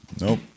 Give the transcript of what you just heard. Nope